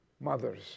Mothers